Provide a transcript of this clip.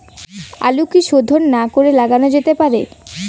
আলু কি শোধন না করে লাগানো যেতে পারে?